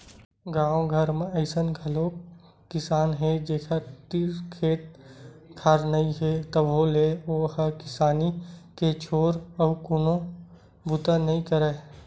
गाँव घर म अइसन घलोक किसान हे जेखर तीर खेत खार नइ हे तभो ले ओ ह किसानी के छोर अउ कोनो बूता नइ करय